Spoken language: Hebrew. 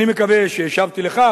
אני מקווה שהשבתי על כך,